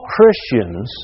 Christians